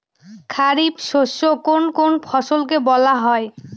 খারিফ শস্য কোন কোন ফসলকে বলা হয়?